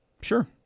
sure